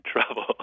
trouble